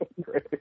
Great